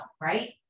right